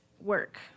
work